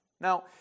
Now